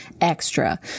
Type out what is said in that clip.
extra